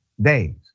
days